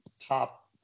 top